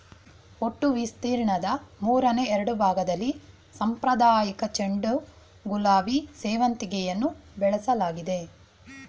ಒಟ್ಟು ವಿಸ್ತೀರ್ಣದ ಮೂರನೆ ಎರಡ್ಭಾಗ್ದಲ್ಲಿ ಸಾಂಪ್ರದಾಯಿಕ ಚೆಂಡು ಗುಲಾಬಿ ಸೇವಂತಿಗೆಯನ್ನು ಬೆಳೆಸಲಾಗ್ತಿದೆ